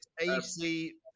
AC